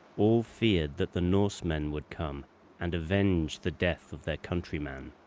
all feared that the norsemen would come and avenge the death of their countryman.